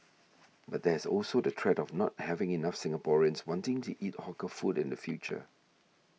but there's also the threat of not having enough Singaporeans wanting to eat hawker food in the future